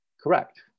correct